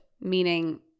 Meaning